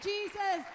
Jesus